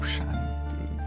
Shanti